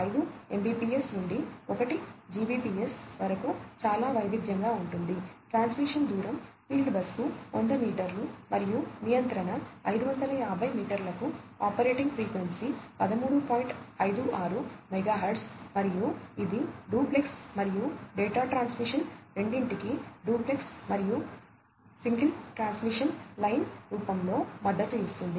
5 Mbps నుండి 1 Gbps వరకు చాలా వైవిధ్యంగా ఉంటుంది ట్రాన్స్మిషన్ దూరం ఫీల్డ్ బస్కు 100 మీటర్లు మరియు నియంత్రణ 550 మీటర్లకు ఆపరేటింగ్ ఫ్రీక్వెన్సీ రూపంలో మద్దతు ఇస్తుంది